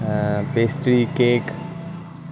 pastry cake